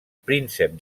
príncep